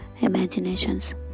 imaginations